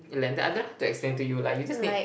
lentil I don't know how to explain to you lah you just need